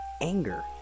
anger